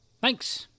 Thanks